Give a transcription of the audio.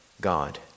God